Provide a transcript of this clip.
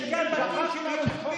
פטין שכחת שקמיניץ,